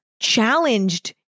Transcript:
challenged